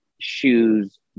shoes